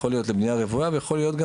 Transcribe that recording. יכול להיות לבנייה רוויה ויכול להיות גם